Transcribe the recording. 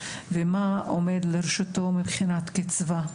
ומה עומד לרשותו מבחינת קצבה.